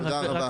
תודה רבה.